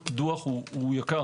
כל קידוח הוא יקר